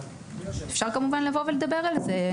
אפשר כמובן לבוא ולדבר על זה,